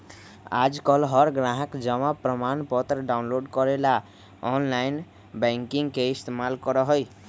आजकल हर ग्राहक जमा प्रमाणपत्र डाउनलोड करे ला आनलाइन बैंकिंग के इस्तेमाल करा हई